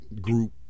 group